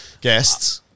Guests